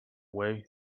way